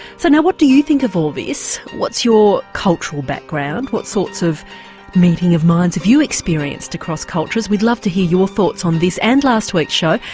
so and what do you think about all this? what's your cultural background, what sorts of meeting of minds have you experienced across cultures? we'd love to hear your thoughts on this and last week's show,